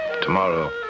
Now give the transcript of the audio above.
tomorrow